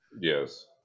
Yes